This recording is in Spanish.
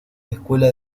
escuela